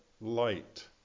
light